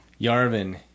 Yarvin